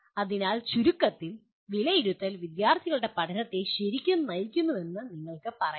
അതിനാൽ ചുരുക്കത്തിൽ വിലയിരുത്തൽ വിദ്യാർത്ഥികളുടെ പഠനത്തെ ശരിക്കും നയിക്കുന്നുവെന്ന് നിങ്ങൾക്ക് പറയാം